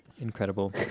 Incredible